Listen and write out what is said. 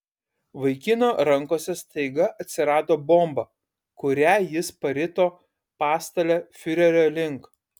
vaikino rankose staiga atsirado bomba kurią jis parito pastale fiurerio link